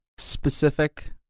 specific